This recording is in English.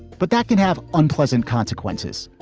but that can have unpleasant consequences.